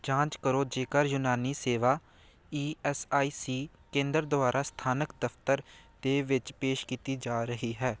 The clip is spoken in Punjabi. ਜਾਂਚ ਕਰੋ ਜੇਕਰ ਯੂਨਾਨੀ ਸੇਵਾ ਈ ਐੱਸ ਆਈ ਸੀ ਕੇਂਦਰ ਦੁਆਰਾ ਸਥਾਨਕ ਦਫਤਰ ਦੇ ਵਿੱਚ ਪੇਸ਼ ਕੀਤੀ ਜਾ ਰਹੀ ਹੈ